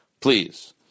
Please